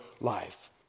life